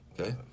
Okay